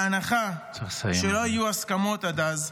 בהנחה שלא יהיו הסכמות עד אז,